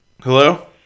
Hello